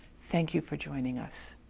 thank you for joining us.